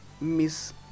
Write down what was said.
miss